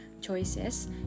choices